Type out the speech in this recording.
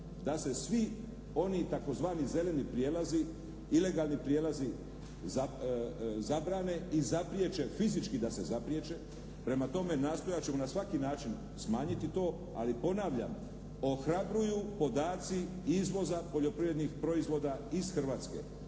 da se svi oni tzv. zeleni prijelazi, ilegalni prijelazi zabrane i fizički da se zapriječe. Prema tome, nastojat ćemo na svaki način smanjiti to. Ali ponavljam, ohrabruju podaci izvoza poljoprivrednih proizvoda iz Hrvatske